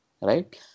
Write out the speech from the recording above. right